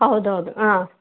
ಹೌದು ಹೌದು ಆಂ